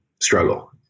struggle